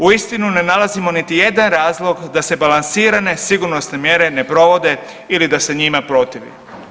Uistinu ne nalazimo niti jedan razlog da se balansirane sigurnosne mjere ne provode ili da se njima protivi.